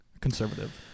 conservative